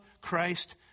Christ